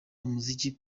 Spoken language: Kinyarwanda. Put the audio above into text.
umuziki